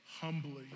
humbly